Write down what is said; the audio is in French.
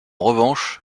revanche